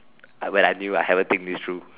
when I knew I haven't think this through